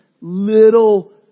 little